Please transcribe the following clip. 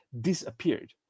disappeared